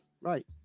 Right